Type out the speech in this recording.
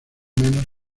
menos